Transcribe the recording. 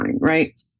right